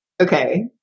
okay